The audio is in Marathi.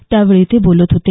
त्यावेळी ते बोलत होते